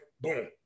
Boom